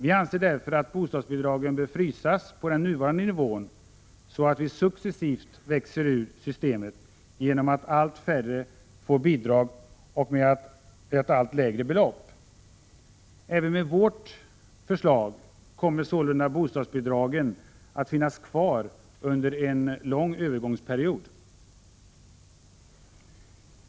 Vi anser därför att bostadsbidragen bör frysas på den nuvarande nivån, så att vi successivt växer ur systemet genom att allt färre får bidrag med allt lägre belopp. Även med vårt förslag kommer sålunda bostadsbidragen att finnas kvar under en lång övergångsperiod.